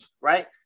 right